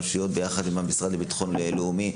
העירוני וכו' ברשויות יחד עם המשרד לביטחון לאומי.